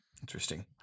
Interesting